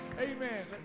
Amen